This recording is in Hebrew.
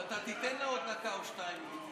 ואתה תיתן לה עוד דקה או שתיים, אם היא תצטרך.